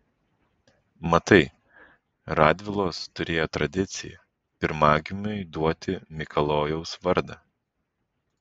matai radvilos turėjo tradiciją pirmagimiui duoti mikalojaus vardą